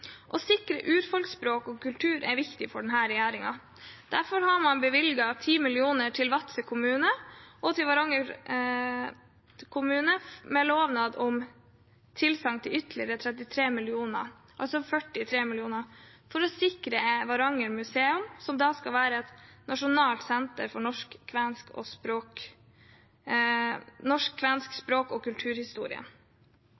Å sikre urfolks språk og kultur er viktig for denne regjeringen. Derfor har man bevilget 10 mill. kr til Vadsø kommune og til Varanger kommune, med lovnad om tilsagn til ytterligere 33 mill. kr, altså 43 mill. kr, for å sikre Varanger museum, som da skal være et nasjonalt senter for norsk-kvensk språk- og